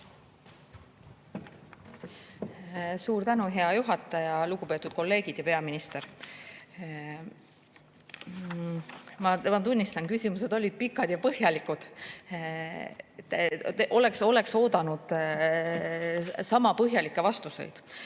Suur tänu, hea juhataja! Lugupeetud kolleegid ja peaminister! Ma tunnistan, et küsimused olid pikad ja põhjalikud. Oleks oodanud ka sama põhjalikke vastuseid.